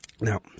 Now